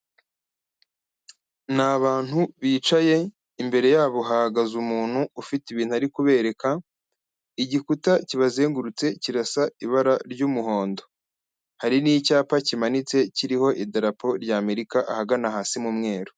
Ni abantu bicaye imbere yabo hahagaze umuntu ufite ibintu ari kubereka, igikuta kibazengurutse kirasa ibara ry'umuhondo, hari n'icyapa kimanitse kiriho idarapo ry'Amerika ahagana hasi mu mweru.